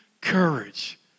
courage